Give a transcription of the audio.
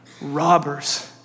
robbers